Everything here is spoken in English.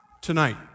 tonight